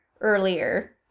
earlier